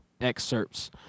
excerpts